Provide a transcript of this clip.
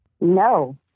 No